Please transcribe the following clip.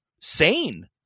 sane